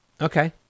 Okay